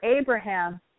Abraham